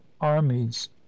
armies